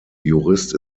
jurist